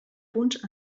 punts